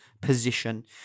position